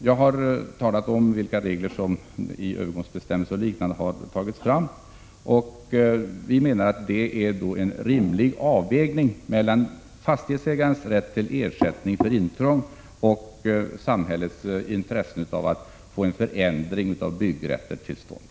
Jag har talat om vilka regler som tagits fram i övergångsbestämmelser osv., och vi menar att det innebär en rimlig avvägning mellan fastighetsägarens rätt till ersättning för intrång och samhällets intresse av att få en förändring av byggrätter till stånd.